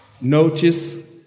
Notice